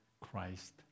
Christ